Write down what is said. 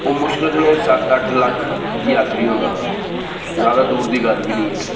ओह् मुश्किल कन्नै सत्त अट्ठ लक्ख यात्री होंदा हा ज्यादा दूर दी गल्ल नेईं ऐ